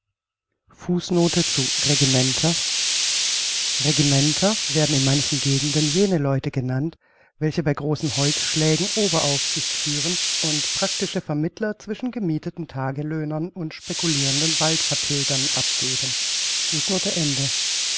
ihrer regimenter regimenter werden in manchen gegenden jene leute genannt welche bei großen holzschlägen oberaufsicht führen und practische vermittler zwischen gemietheten tagelöhnern und speculierenden waldvertilgern abgeben